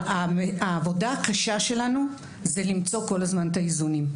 העבודה הקשה שלנו זה למצוא כל הזמן את האיזונים.